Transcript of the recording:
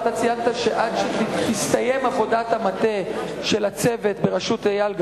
אתה ציינת שעד שתסתיים עבודת המטה של הצוות בראשות אייל גבאי,